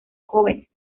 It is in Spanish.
jóvenes